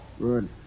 Good